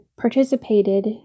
participated